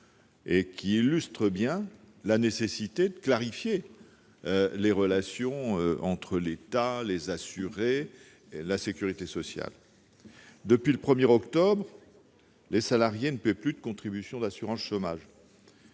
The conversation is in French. principe illustre bien la nécessité de clarifier les relations entre l'État, les assurés et la sécurité sociale. Depuis le 1 octobre, les salariés ne paient plus de contributions d'assurance chômage.